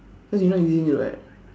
cause you not using it right